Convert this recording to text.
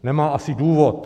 Nemá asi důvod.